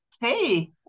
Hey